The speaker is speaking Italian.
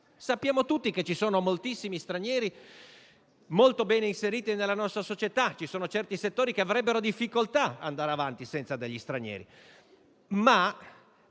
Sappiamo tutti che sono moltissimi gli stranieri molto bene inseriti nella nostra società. Certi settori avrebbero difficoltà a andare avanti senza degli stranieri,